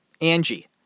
Angie